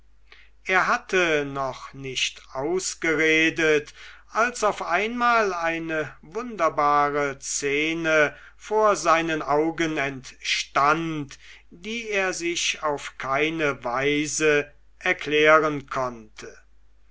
er hatte noch nicht ausgeredet als auf einmal eine wunderbare szene vor seinen augen entstand die er sich auf keine weise erklären konnte